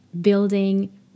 building